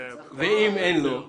ואם אין לו?